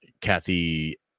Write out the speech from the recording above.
kathy